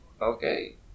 Okay